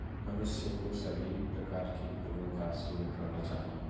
मनुष्य को सभी प्रकार के फलों का सेवन करना चाहिए